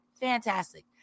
fantastic